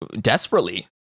desperately